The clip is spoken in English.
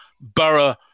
Borough